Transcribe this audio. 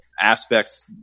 aspects